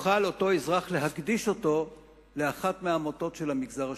אותו אזרח יוכל להקדיש אותו לאחת מהעמותות של המגזר השלישי.